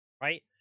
right